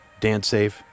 DanceSafe